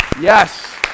Yes